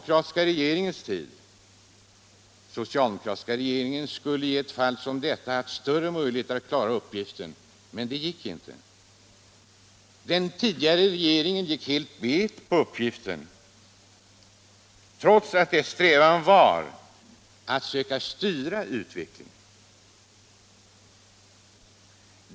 I nuvarande läge skulle den socialdemokratiska regeringen i och för sig ha haft större möjligheter att klara uppgiften, men den har tidigare visat att den helt gick bet på den — detta trots att dess strävan var att söka styra utvecklingen.